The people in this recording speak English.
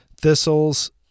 Thistles